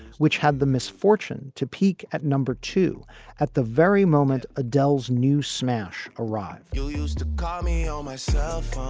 which had the misfortune to peak at number two at the very moment. adele's new smash arrived. you used to got me all myself,